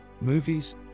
movies